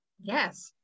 Yes